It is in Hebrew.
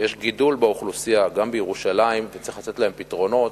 שיש גידול באוכלוסייה גם בירושלים וצריך לתת להם פתרונות,